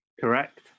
Correct